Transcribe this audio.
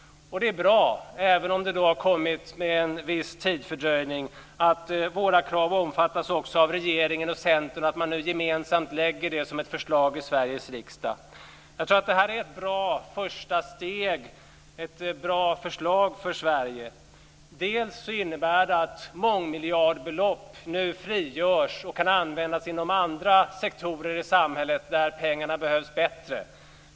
Det är bra, även om det har kommit med en viss tidsfördröjning, att våra krav också omfattas av regeringen och Centern och att man nu gemensamt lägger fram det som ett förslag till Sveriges riksdag. Det är ett bra första steg, ett bra förslag för Sverige. Det innebär att mångmiljardbelopp nu frigörs och kan användas inom andra sektorer i samhället där pengarna behövs bättre.